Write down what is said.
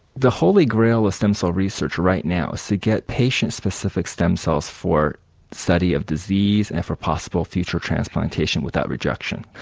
the holy grail of ah stem cell research right now is to get patient-specific stem cells for study of disease and for possible future transplantation with that reduction.